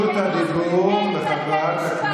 בגלל זה שלחו אתכם הביתה.